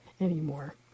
anymore